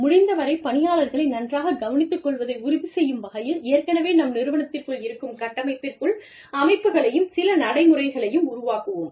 முடிந்தவரை பணியாளர்களை நன்றாக கவனித்துக் கொள்வதை உறுதி செய்யும் வகையில் ஏற்கனவே நம் நிறுவனத்திற்குள் இருக்கும் கட்டமைப்பிற்குள் அமைப்புகளையும் சில நடைமுறைகளையும் உருவாக்குவோம்